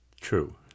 True